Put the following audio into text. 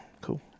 Cool